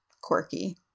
quirky